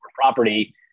property